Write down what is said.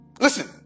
Listen